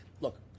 Look